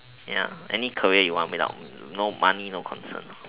ya any career you want without no money no concern